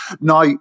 now